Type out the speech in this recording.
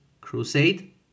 Crusade